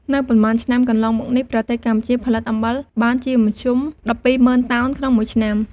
នៅប៉ុន្មានឆ្នាំកន្លងមកនេះប្រទេសកម្ពុជាផលិតអំបិលបានជាមធ្យម ១២០ ០០០តោនក្នុងមួយឆ្នាំ។